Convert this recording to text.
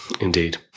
Indeed